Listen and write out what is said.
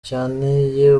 cyanteye